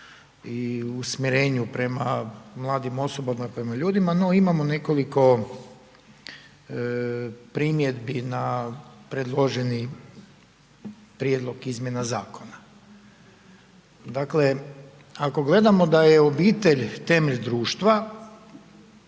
i usmjerenju prema mladim osobama i prema ljudima, no imamo nekoliko primjedbi na predloženi prijedlog izmjene zakona. Dakle, ako gledamo da je obitelj temelj društva,